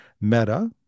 Meta